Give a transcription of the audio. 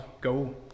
go